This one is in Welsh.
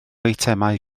eitemau